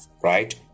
right